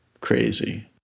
crazy